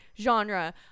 genre